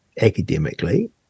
academically